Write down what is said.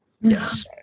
yes